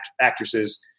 actresses